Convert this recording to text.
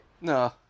No